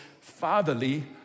fatherly